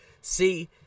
See